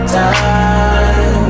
time